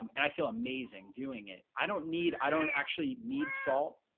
um and i feel amazing doing it. i don't need i don't actually need salt.